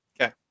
okay